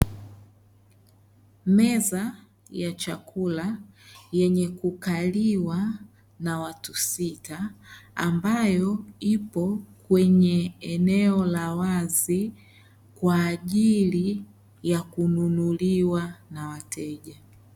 Meza ya chakula yenye kukaliwa na watu sita ambayo ipo kwenye eneo la wazi kwaajili ya kununuliwa na wateja.